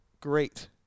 great